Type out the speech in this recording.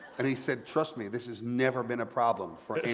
and he said, trust me, this has never been a problem for